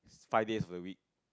five days of the week